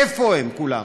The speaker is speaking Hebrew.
איפה הם כולם?